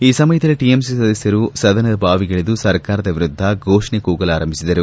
ಈ ಸಮಯದಲ್ಲಿ ಟಿಎಂಸಿ ಸದಸ್ದರು ಸದನದ ಬಾವಿಗಿಳಿದು ಸರ್ಕಾರದ ವಿರುದ್ದ ಘೋಷಣೆ ಕೂಗಲಾರಂಭಿಸಿದರು